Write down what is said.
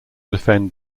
defend